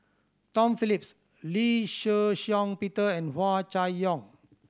Tom Phillips Lee Shih Shiong Peter and Hua Chai Yong